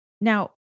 Now